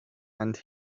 and